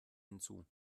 hinzu